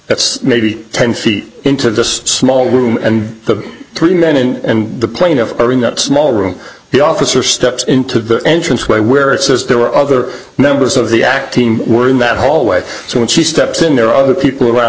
that's maybe ten feet into the small room and the three men and the plaintiff are in that small room the officer steps into the entrance way where it says there were other members of the acting were in that hallway so when she steps in there are other people around